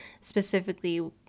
specifically